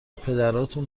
پدراتون